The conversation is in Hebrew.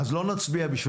אמרו: אז לא נצביע בשבילך.